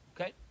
Okay